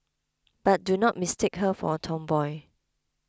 but do not mistake her for a tomboy